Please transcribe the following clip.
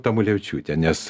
tamulevičiūtė nes